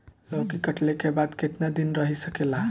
लौकी कटले के बाद केतना दिन रही सकेला?